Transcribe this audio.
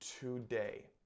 today